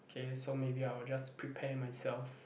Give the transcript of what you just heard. okay so maybe I will just prepare myself